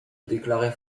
déclarer